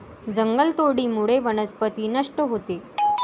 जंगलतोडीमुळे वनस्पती नष्ट होते